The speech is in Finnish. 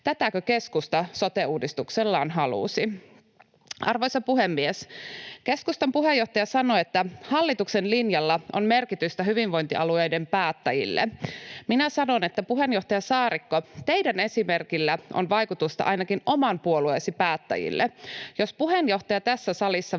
Tätäkö keskusta sote-uudistuksellaan halusi? Arvoisa puhemies! Keskustan puheenjohtaja sanoi, että hallituksen linjalla on merkitystä hyvinvointialueiden päättäjille. Minä sanon, että puheenjohtaja Saarikko, teidän esimerkillänne on vaikutusta ainakin oman puolueenne päättäjille. Jos puheenjohtaja tässä salissa vastustaa